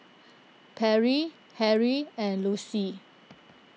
Perri Henri and Lucie